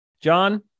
John